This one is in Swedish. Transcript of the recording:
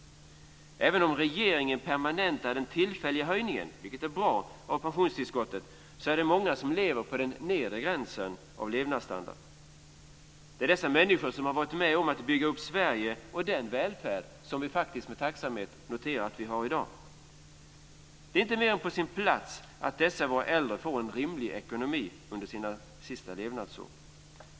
Även om regeringen permanentar den tillfälliga höjningen av pensionstillskottet, vilket är bra, är det många som lever vid levnadsstandardens nedre gräns. Dessa människor har varit med om att bygga upp Sverige och den välfärd som vi faktiskt med tacksamhet kan notera att vi har i dag. Det är inte mer än på sin plats att dessa våra äldre får en rimlig ekonomi under sina sista levnadsår.